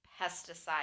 pesticide